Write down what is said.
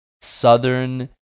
southern